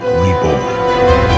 reborn